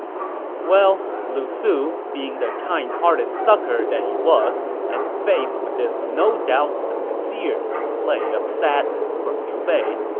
well, lu su, being the kind-hearted sucker that he was and faced with this no-doubt-sincere display of sadness from liu bei,